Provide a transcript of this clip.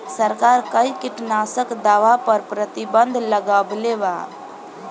सरकार कई किटनास्क दवा पर प्रतिबन्ध लगवले बा